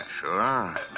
Sure